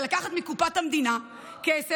מה שאתה מבקש זה לקחת מקופת המדינה כסף.